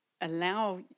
allow